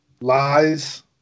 lies